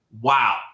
wow